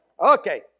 Okay